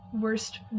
Worst